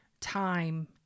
time